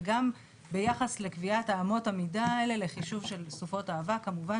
וגם ביחס לקביעת אמות המידה האלה לחישוב של סופות האבק כמובן